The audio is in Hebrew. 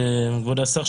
כבוד השר,